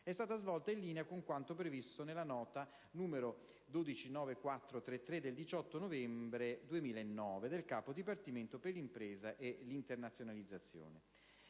è stata svolta in linea con quanto previsto nella nota n. 0129433 del 18 novembre 2009, del Capo dipartimento per l'impresa e l'internazionalizzazione.